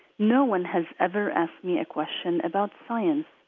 no one has ever asked me a question about science,